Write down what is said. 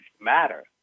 matter